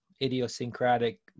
idiosyncratic